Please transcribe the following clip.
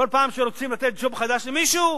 כל פעם שרוצים לתת ג'וב חדש למישהו,